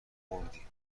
خوردی